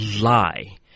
lie